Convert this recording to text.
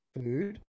food